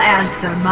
answer